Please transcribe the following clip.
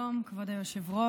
שלום, כבוד היושב-ראש.